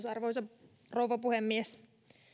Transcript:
arvoisa rouva puhemies